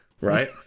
right